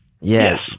Yes